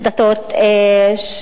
והדתיות שהוא